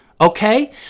Okay